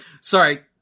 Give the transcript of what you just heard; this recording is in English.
Sorry